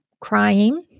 crying